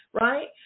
right